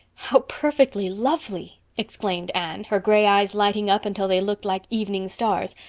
how perfectly lovely! exclaimed anne, her gray eyes lighting up until they looked like evening stars,